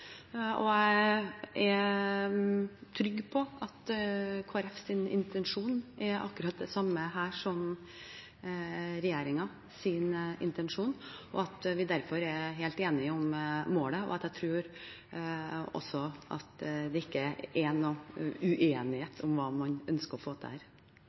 Og jeg er trygg på at Kristelig Folkepartis intensjon her er akkurat den samme som regjeringens intensjon, og at vi derfor er helt enige om målet. Jeg tror ikke det er noen uenighet om hva man ønsker å få